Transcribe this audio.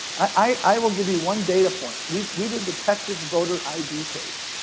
i will give you one data point. we we did the texas voter id case.